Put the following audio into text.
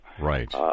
Right